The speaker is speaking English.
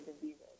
diseases